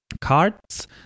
cards